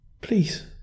Please